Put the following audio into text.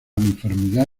uniformidad